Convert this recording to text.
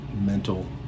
mental